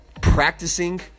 practicing